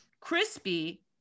crispy